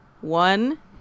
One